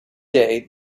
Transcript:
day